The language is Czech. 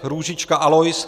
Růžička Alois